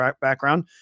background